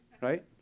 right